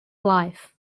life